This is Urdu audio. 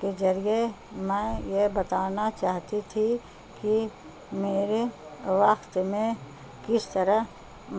کے ذریعے میں یہ بتانا چاہتی تھی کہ میرے وقت میں کس طرح